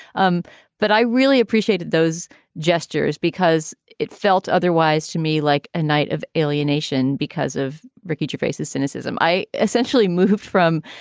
um but i really appreciated those gestures because it felt otherwise to me. like a night of alienation because of ricky jr. faces cynicism. i essentially moved from,